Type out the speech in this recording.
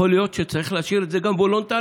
יכול להיות שצריך להשאיר את זה וולונטרי: